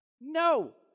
No